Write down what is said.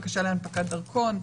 בקשה להנפקת דרכון,